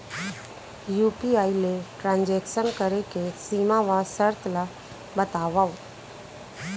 UPI ले transaction करे के सीमा व शर्त ला बतावव?